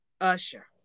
Usher